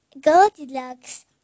Goldilocks